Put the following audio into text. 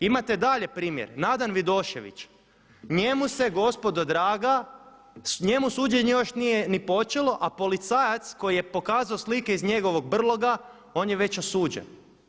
Imate dalje primjer, Nadan Vidošević, njemu se gospodo draga, njemu suđenje još nije ni počelo a policajac koji je pokazao slike iz njegovog brloga on je već osuđen.